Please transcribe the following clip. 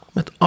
met